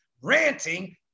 ranting